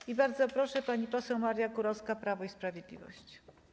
I bardzo proszę, pani poseł Maria Kurowska, Prawo i Sprawiedliwość.